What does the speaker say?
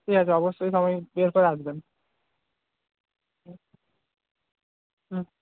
ঠিক আছে অবশ্যই সময় বের করে আসবেন হুম হুম